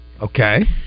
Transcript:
Okay